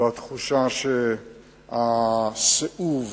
והתחושה שהסיאוב